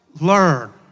learn